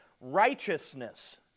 righteousness